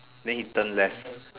then he turn left